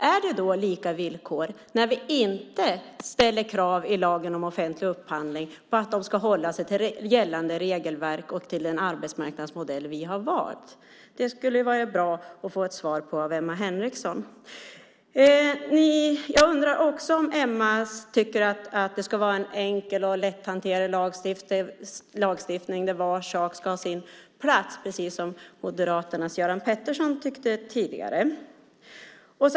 Är det då lika villkor när vi inte ställer krav i lagen om offentlig upphandling på att företagen ska hålla sig till gällande regelverk och till den arbetsmarknadsmodell vi har valt? Det skulle vara bra att få ett svar på det av Emma Henriksson. Jag undrar också om Emma tycker att det ska vara en enkel och lätthanterlig lagstiftning där var sak ska ha sin plats, precis som Moderaternas Göran Pettersson tyckte tidigare här.